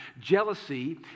jealousy